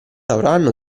avranno